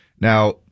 Now